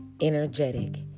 energetic